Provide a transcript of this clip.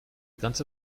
ganze